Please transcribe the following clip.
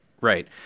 Right